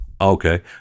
okay